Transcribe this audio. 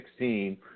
2016